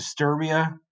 disturbia